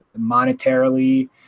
monetarily